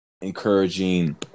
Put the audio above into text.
encouraging